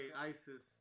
ISIS